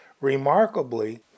Remarkably